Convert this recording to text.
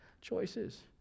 choices